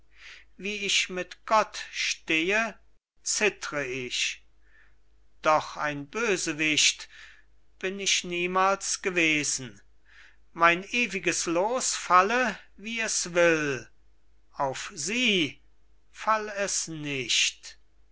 wie ich mit gott stehe zittre ich doch ein bösewicht bin ich niemals gewesen mein ewiges loos falle wie es will auf sie fall es nicht aber